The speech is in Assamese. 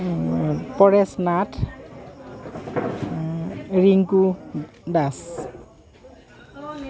পৰেশ নাথ ৰিংকু দাস